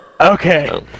Okay